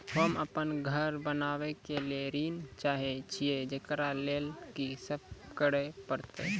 होम अपन घर बनाबै के लेल ऋण चाहे छिये, जेकरा लेल कि सब करें परतै?